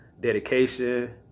dedication